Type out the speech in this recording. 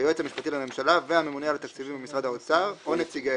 היועץ המשפטי לממשלה והממונה על התקציבים במשרד האוצר או נציגיהם".